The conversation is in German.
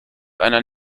einer